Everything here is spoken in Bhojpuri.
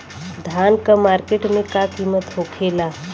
धान क मार्केट में का कीमत होखेला?